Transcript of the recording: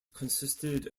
consisted